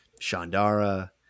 Shandara